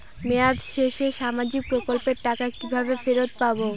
মেয়াদ শেষে সামাজিক প্রকল্পের টাকা কিভাবে ফেরত পাবো?